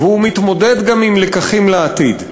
והוא מתמודד גם עם לקחים לעתיד.